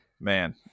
man